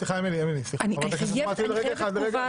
רגע.